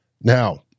Now